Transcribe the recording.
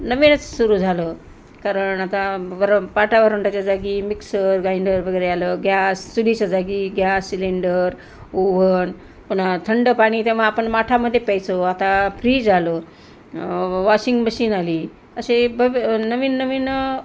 नवीनच सुरू झालं कारण आता वर पाटा वरवंटाच्या जागी मिक्सर ग्राइंडर वगैरे आलं गॅस चुलीच्या जागी गॅस सिलेंडर ओव्हन पुन्हा थंड पाणी तेव्हा आपण माठामध्ये प्यायचो आता फ्रीज आलं वॉशिंग मशीन आली असे ब नवीन नवीन